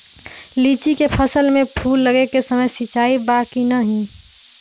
लीची के फसल में फूल लगे के समय सिंचाई बा कि नही?